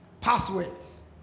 passwords